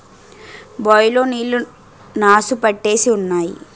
bye లో నీళ్లు నాసు పట్టేసి ఉంటాయి